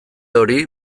hori